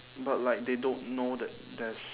but like they don't know that there's